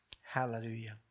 Hallelujah